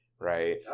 right